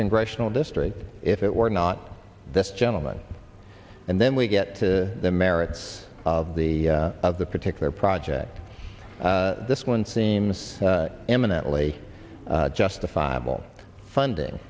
congressional district if it were not this gentleman and then we get to the merits of the of the particular project this one seems eminently justifiable funding